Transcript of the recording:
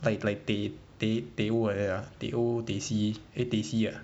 like like teh teh teh O like that ah teh O teh C eh teh C uh